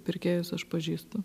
pirkėjus aš pažįstu